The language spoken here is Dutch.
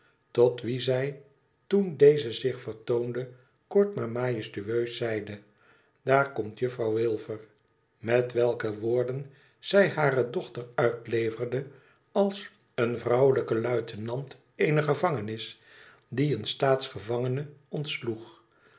tot wien zij toen deze zich vertoonde kort maar majestueus zeide daar komt juffrouw wilfer i met welke woorden zij hare dochter uitleverde als een vrouwlijke luitenant eener gevangenis die een staatsgevangene ontsloeg